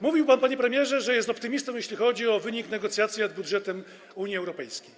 Mówił pan, panie premierze, że jest optymistą, jeśli chodzi o wynik negocjacji nad budżetem Unii Europejskiej.